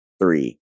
three